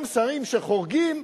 גם שרים שחורגים,